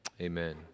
Amen